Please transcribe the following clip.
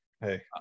Hey